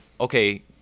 okay